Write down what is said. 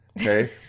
okay